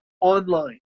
online